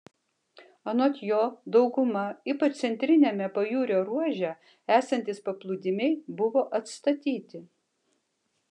anot jo dauguma ypač centriniame pajūrio ruože esantys paplūdimiai buvo atstatyti